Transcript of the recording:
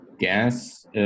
gas